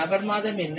நபர் மாதம் என்ன